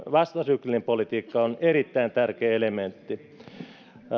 vastasyklinen politiikka on erittäin tärkeä elementti